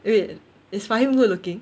wait is fahim good looking